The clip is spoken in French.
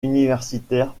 universitaires